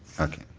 okay.